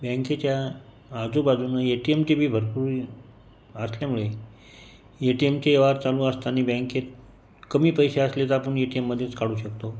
बँकेच्या आजूबाजूनं A T M टीबी भरपूर असल्यामुळे ए टी एमचे व्यवहार चालू असताना बँकेत कमी पैसे असले तर आपण ए टी एममध्येच काढू शकतो